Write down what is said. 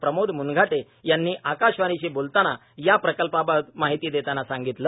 प्रमोद म्नघाटे यांनी आकाशवाणीशी बोलताना या प्रकल्पाबाबत माहिती देतांना सांगितलं